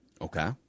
Okay